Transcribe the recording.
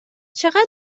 چقدر